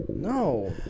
No